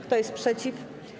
Kto jest przeciw?